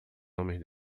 homens